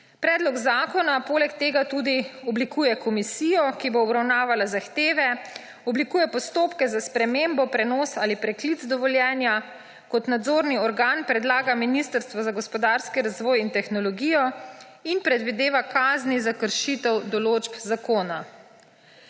Predlog zakona poleg tega tudi oblikuje komisijo, ki bo obravnavala zahteve, oblikuje postopke za spremembo, prenos ali preklic dovoljenja, kot nadzorni organ predlaga Ministrstvo za gospodarski razvoj in tehnologijo in predvideva kazni za kršitev določb zakona.